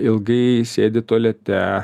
ilgai sėdi tualete